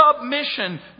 Submission